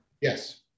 Yes